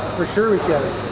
for sure we get it